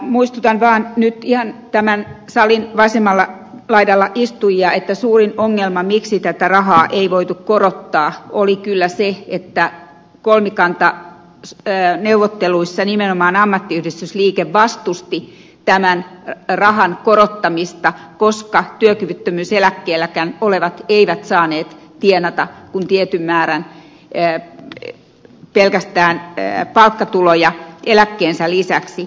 muistutan vain nyt ihan tämän salin vasemmalla laidalla istujia että suurin ongelma miksi tätä rahaa ei voitu korottaa oli kyllä se että kolmikantaneuvotteluissa nimenomaan ammattiyhdistysliike vastusti tämän rahan korottamista koska työkyvyttömyyseläkkeelläkään olevat eivät saaneet tienata kuin tietyn määrän pelkästään palkkatuloja eläkkeensä lisäksi